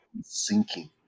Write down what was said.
Sinking